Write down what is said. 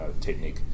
technique